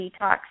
detox